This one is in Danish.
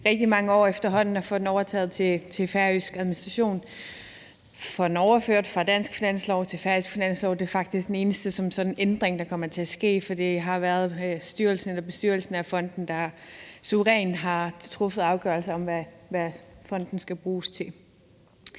rigtig mange år efterhånden at få den overtaget til færøsk administration og få den overført fra dansk finanslov til færøsk finanslov. Det er faktisk den eneste ændring som sådan, der kommer til at ske, for det har været bestyrelsen af fonden, der suverænt har truffet afgørelse om, hvad fonden skal bruges til.